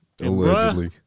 Allegedly